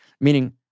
Meaning